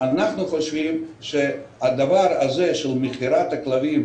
אנחנו חושבים שהדבר הזה של מכירת כלבים